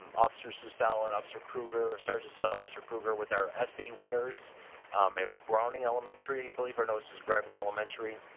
um officers who sal and officer krueger sergeant sell officer krueger with our essay winners. i'm a browning elementary believe or notices grabner elementary,